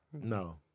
No